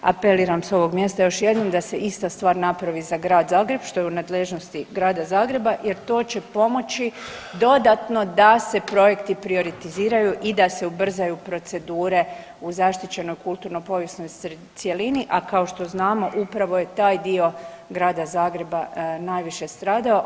Apeliram s ovog mjesta još jednom da se ista stvar napravi za Grad Zagreb što je u nadležnosti Grada Zagreba jer to će pomoći dodatno da se projekti prioritiziraju i da se ubrzaju procedure u zaštićenoj kulturno povijesnoj sredini, a kao što znamo upravo je taj dio Grada Zagreba najviše stradao.